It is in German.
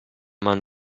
man